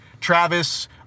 Travis